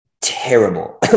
terrible